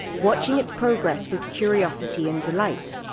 watching its progress with curiosity and delight.